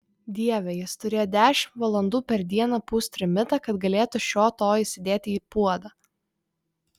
dieve jis turėjo dešimt valandų per dieną pūst trimitą kad galėtų šio to įsidėti į puodą